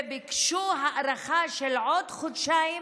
וביקשו הארכה של עוד חודשיים